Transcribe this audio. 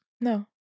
No